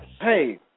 Hey